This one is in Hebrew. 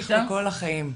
ממשיך לכל החיים.